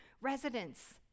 residents